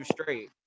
straight